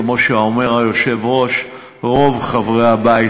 כמו שאומר היושב-ראש: רוב חברי הבית.